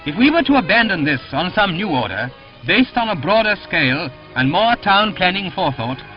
we were to abandon this on some new order based on a broader scale and more town planning forethought,